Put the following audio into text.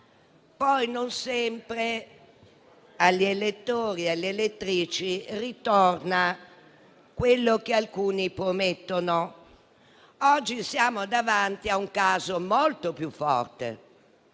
poi non sempre agli elettori e alle elettrici ritorna quello che alcuni promettono. Oggi siamo davanti a un caso molto più forte: